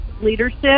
leadership